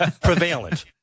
Prevalent